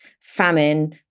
famine